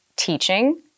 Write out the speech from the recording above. teaching